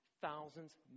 thousands